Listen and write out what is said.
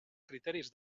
criteris